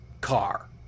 car